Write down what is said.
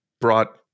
brought